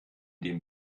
dem